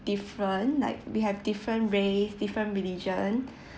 different like we have different race different religion